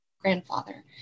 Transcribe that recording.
grandfather